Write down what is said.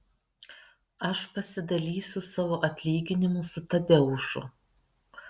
aš pasidalysiu savo atlyginimu su tadeušu